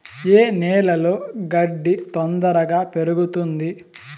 ఏ నేలలో గడ్డి తొందరగా పెరుగుతుంది